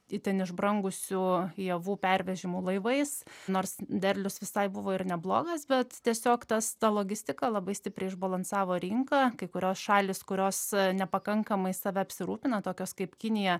itin išbrangusių javų pervežimų laivais nors derlius visai buvo ir neblogas bet tiesiog tas ta logistika labai stipriai išbalansavo rinką kai kurios šalys kurios nepakankamai save apsirūpina tokios kaip kinija